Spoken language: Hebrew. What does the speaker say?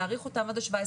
להאריך אותן עד ה-17.